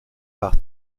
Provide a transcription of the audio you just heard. par